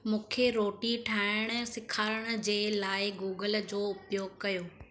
मूंखे रोटी ठाहिण सेखारण जे लाइ गूगल जो उपयोगु कयो